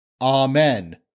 Amen